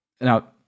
Now